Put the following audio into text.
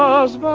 was